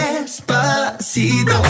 Despacito